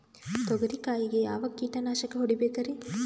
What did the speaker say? ತೊಗರಿ ಕಾಯಿಗೆ ಯಾವ ಕೀಟನಾಶಕ ಹೊಡಿಬೇಕರಿ?